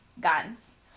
guns